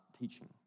teaching